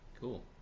cool